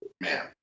Man